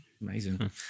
amazing